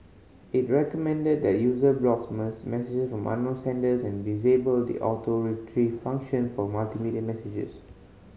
it recommended that user blocks messages from unknown senders and disable the Auto Retrieve function for multimedia messages